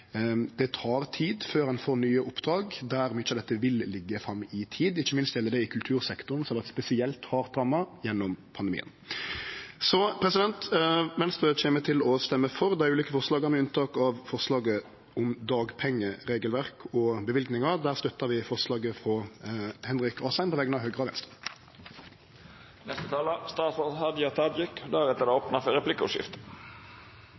det tek tid før ein får nye oppdrag, der mykje av dette vil liggje fram i tid. Ikkje minst gjeld det i kultursektoren, som vart spesielt hardt ramma gjennom pandemien. Så Venstre kjem til å stemme for dei ulike forslaga med unntak av forslaget om dagpengeregelverk og løyvingar. Der støttar vi forslaget frå Henrik Asheim på vegner av Høgre og Venstre. Eg vil takka Stortinget for rask handtering av denne proposisjonen. Det